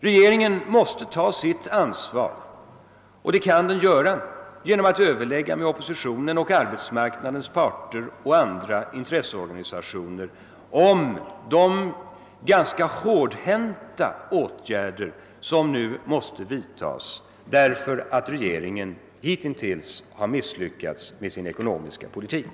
Regeringen måste ta sitt ansvar, och det kan den göra genom att överlägga med oppositionen och =<arbeismarknadens parter och andra intresseorganisationer om de ganska hårdhänta åtgärder, som nu måste vidtas därför att regeringen hitintills har misslyckats med sin ekonomiska politik.